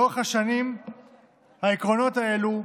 לאורך השנים העקרונות האלה,